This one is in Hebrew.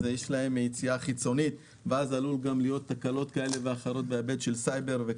אז יש להם יציאה חיצונית ועלולות להיות תקלות מסוימות בהיבט של סייבר.